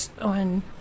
on